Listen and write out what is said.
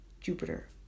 Jupiter